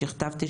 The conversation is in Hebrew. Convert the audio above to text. שיכתבתי,